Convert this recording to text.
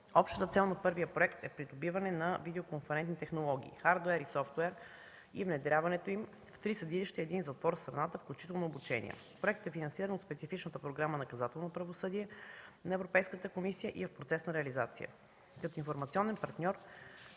Общата цел на първия проект е придобиване на видеоконферентни технологии, хардуер и софтуер и внедряването им в три съдилища и един затвор в страната. Проектът е финансиран от специфичната Програма „Наказателно правосъдие” на Европейската комисия и е в процес на реализация. Като информационен партньор